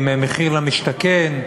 עם מחיר למשתכן,